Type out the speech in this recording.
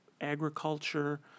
agriculture